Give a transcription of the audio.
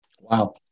Wow